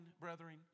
brethren